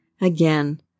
Again